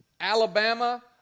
Alabama